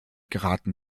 geraten